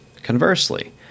Conversely